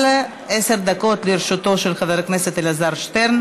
אבל עשר דקות לרשותו של חבר הכנסת אלעזר שטרן